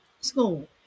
school